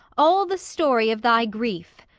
all the story of thy grief!